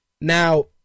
Now